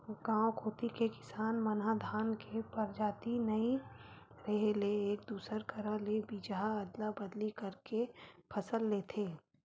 गांव कोती के किसान मन ह धान के परजाति नइ रेहे ले एक दूसर करा ले बीजहा अदला बदली करके के फसल लेथे